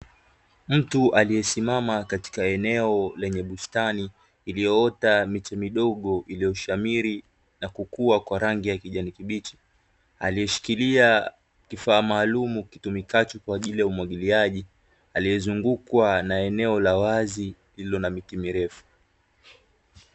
Mtu aliyesimama katika eneo lenye bustani iliyoota miti midogo iliyoshamiri na kukua kwa rangi ya kijani kibichi, aliyeshikilia kifaa maalumu kitumikacho kwa ajili ya umwagiliaji, aliyezungukwa na eneo la wazi lililo na miti mirefu.